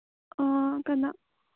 ꯑ ꯀꯅꯥ